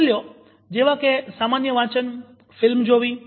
કૌશલ્યો જેવા કે સામાન્ય વાંચન ફિલ્મો જોવી